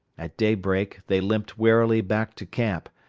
at daybreak they limped warily back to camp,